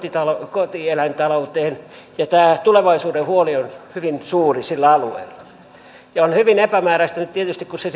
kotieläintalouteen ja tulevaisuuden huoli on hyvin suuri sillä alueella nyt on tietysti hyvin epämääräistä kun se